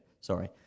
sorry